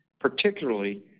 particularly